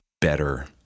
better